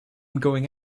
going